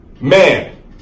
Man